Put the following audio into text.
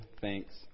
thanks